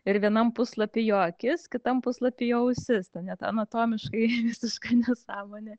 ir vienam puslapy jo akis kitam puslapy jo ausis ten net anatomiškai visiška nesąmonė